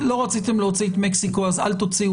לא רציתם להוציא את מקסיקו אז אל תוציאו